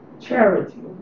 charity